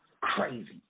Crazy